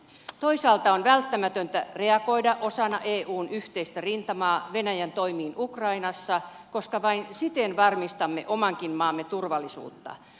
toisaalta on välttämätöntä reagoida osana eun yhteistä rintamaa venäjän toimiin ukrainassa koska vain siten varmistamme omankin maamme turvallisuutta